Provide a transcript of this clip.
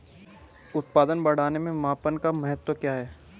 उत्पादन बढ़ाने के मापन का महत्व क्या है?